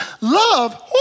Love